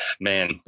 man